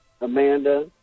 Amanda